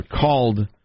called